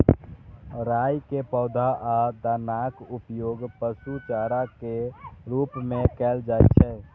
राइ के पौधा आ दानाक उपयोग पशु चारा के रूप मे कैल जाइ छै